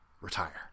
Retire